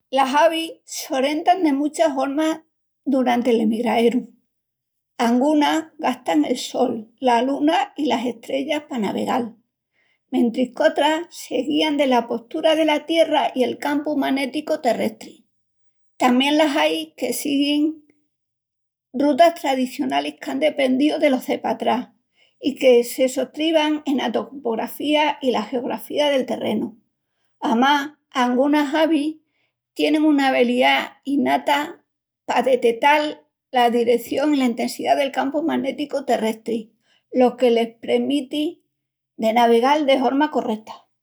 Las avis s'orentan de muchas hormas doranti l'emigraeru. Angunas gastan el sol, la luna i las estrellas pa navegal, mentris qu'otras se guían dela postura dela Tierra i el campu manéticu terrestri. Tamién las ain que siguin rutas tradicionalis qu'án deprendíu delos de patrás, i que se sostriban ena topografía i la geografía del terrenu. Amás, angunas avis tienin una albeliá inata pa detetal la direción i la entesidá del campu manéticu terrestri, lo que les premiti de navegal de horma correta.